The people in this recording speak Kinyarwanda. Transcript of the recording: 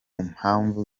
mpamvu